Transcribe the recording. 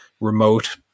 remote